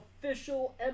official